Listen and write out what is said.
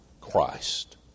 Christ